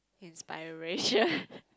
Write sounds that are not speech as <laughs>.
inspiration <laughs>